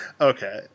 Okay